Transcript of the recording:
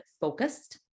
focused